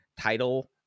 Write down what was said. title